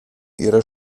ihrer